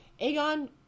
Aegon